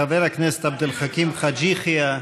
חבר הכנסת עבד אל חכים חאג' יחיא,